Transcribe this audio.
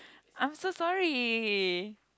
I'm so sorry